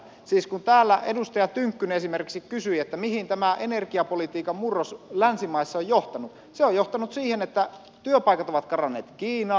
siis kun täällä edustaja tynkkynen esimerkiksi kysyi mihin tämä energiapolitiikan murros länsimaissa on johtanut se on johtanut siihen että työpaikat ovat karanneet kiinaan